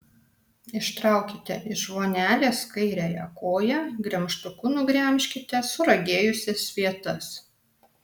ištraukite iš vonelės kairiąją koją gremžtuku nugremžkite suragėjusias vietas